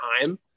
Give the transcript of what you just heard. time